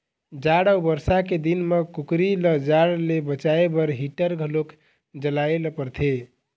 जाड़ अउ बरसा के दिन म कुकरी ल जाड़ ले बचाए बर हीटर घलो जलाए ल परथे